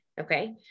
okay